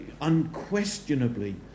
unquestionably